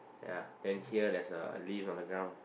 ya then here there's a leaf on the ground